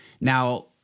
Now